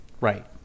Right